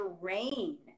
terrain